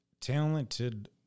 talented